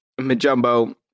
Majumbo